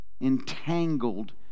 entangled